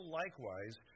likewise